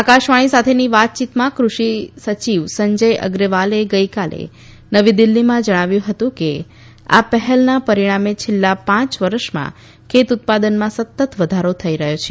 આકાશવાણી સાથેની વાતયીતમાં કૃષિ સચિવ સંજય અગ્રવાલે ગઇકાલે નવી દિલ્હીમાં જણાવ્યું હતું કે આ પહેલના પરીણામે છેલ્લા પાંચ વર્ષમાં ખેત ઉત્પાદનમાં સતત વધારો થઇ રહ્યો છે